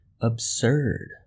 absurd